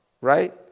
Right